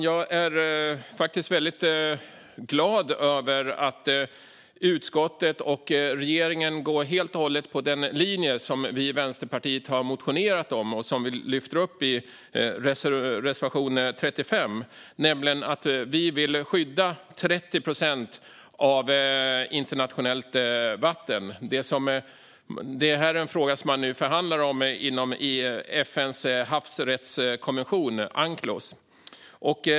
Jag är väldigt glad över att utskottet och regeringen går helt och hållet på den linje som vi i Vänsterpartiet har motionerat om och som vi lyfter upp i reservation 35, nämligen att vi vill skydda 30 procent av internationellt vatten. Det här är en fråga som man nu förhandlar om inom FN:s havsrättskonvention, Unclos.